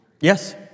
Yes